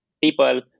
people